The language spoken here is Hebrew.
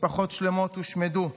משפחות שלמות הושמדו,